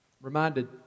Reminded